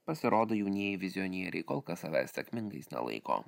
pasirodo jaunieji vizionieriai kol kas save sėkmingais nelaiko